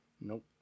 Nope